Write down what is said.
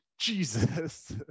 Jesus